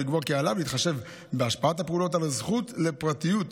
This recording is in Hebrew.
ולקבוע כי עליו להתחשב בהשפעת הפעולות על הזכות לפרטיות,